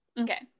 okay